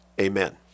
amen